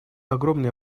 огромные